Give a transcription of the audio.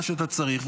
מה שאתה צריך.